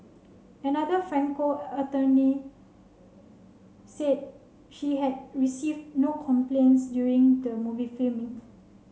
another Franco attorney said she had received no complaints during the movie filming